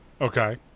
Okay